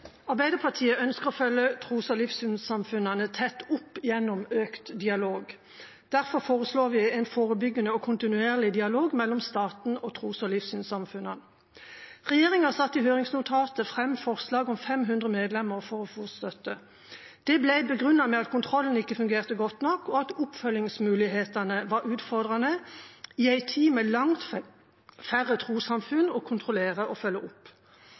tett opp gjennom økt dialog. Derfor foreslår vi en forebyggende og kontinuerlig dialog mellom staten og tros- og livssynssamfunnene. Regjeringa satte i høringsnotatet fram forslag om 500 medlemmer for å få støtte. Det ble begrunnet med at kontrollen ikke fungerte godt nok, og at oppfølgingsmulighetene var utfordrende – i en tid med langt færre trossamfunn å kontrollere og følge opp.